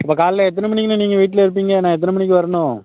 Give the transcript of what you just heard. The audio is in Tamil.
இப்போ காலைல எத்தனை மணிக்கிண்ணே நீங்கள் வீட்டில் இருப்பீங்க நான் எத்தனை மணிக்கு வரணும்